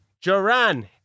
Joran